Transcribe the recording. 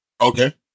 Okay